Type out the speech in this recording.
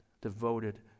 devoted